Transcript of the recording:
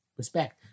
respect